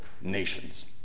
nations